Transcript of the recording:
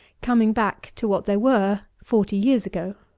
coming back to what they were forty years ago,